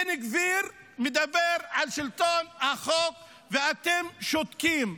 בן גביר מדבר על שלטון החוק ואתם שותקים.